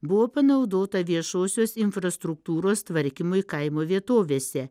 buvo panaudota viešosios infrastruktūros tvarkymui kaimo vietovėse